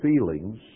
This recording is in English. feelings